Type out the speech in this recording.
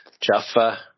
Jaffa